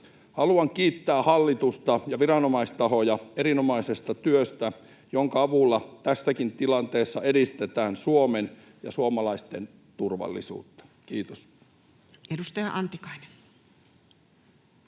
Haluan kiittää hallitusta ja viranomaistahoja erinomaisesta työstä, jonka avulla tässäkin tilanteessa edistetään Suomen ja suomalaisten turvallisuutta. — Kiitos. Edustaja Antikainen.